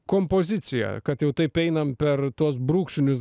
kompozicija kad jau taip einam per tuos brūkšnius